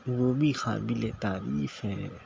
وہ بھی قابلِ تعریف ہے